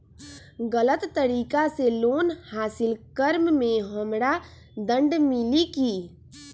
गलत तरीका से लोन हासिल कर्म मे हमरा दंड मिली कि?